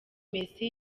messi